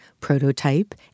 prototype